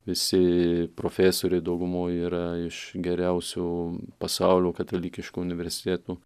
visi profesoriai daugumoj yra iš geriausių pasaulio katalikiškų universitetų